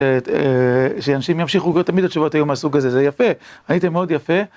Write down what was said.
שאנשים ימשיכו להיות תמיד, התשובות יהיו מהסוג הזה, זה יפה, עניתם מאוד יפה.